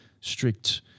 strict